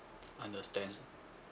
understand